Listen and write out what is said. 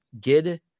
GID